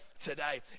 today